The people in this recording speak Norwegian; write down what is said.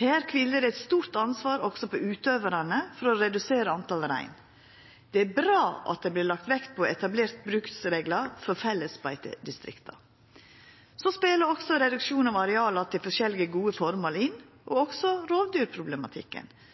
Her kviler det eit stort ansvar også på utøvarane for å redusera talet på rein. Det er bra at det vert lagt vekt på å etablera bruksreglar for fellesbeite i distrikta. Så spelar også reduksjon av areal til forskjellige gode formål inn og